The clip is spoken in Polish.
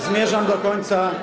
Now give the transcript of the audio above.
Zmierzam do końca.